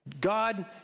God